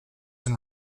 and